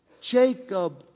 Jacob